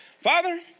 Father